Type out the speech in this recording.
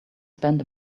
spend